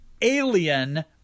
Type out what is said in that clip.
Alien